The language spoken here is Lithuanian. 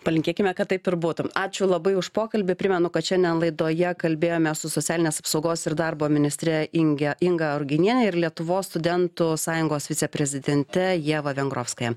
palinkėkime kad taip ir būtų ačiū labai už pokalbį primenu kad šiandien laidoje kalbėjomės su socialinės apsaugos ir darbo ministre inge inga ruginiene ir lietuvos studentų sąjungos viceprezidente ieva vengrovskaja